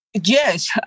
Yes